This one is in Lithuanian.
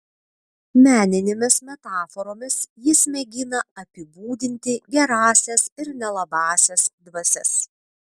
meninėmis metaforomis jis mėgina apibūdinti gerąsias ir nelabąsias dvasias